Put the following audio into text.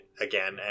again